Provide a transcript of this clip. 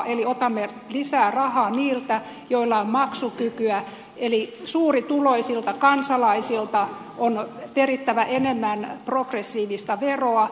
eli otamme lisää rahaa niiltä joilla on maksukykyä eli suurituloisilta kansalaisilta on perittävä enemmän progressiivista veroa